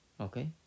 Okay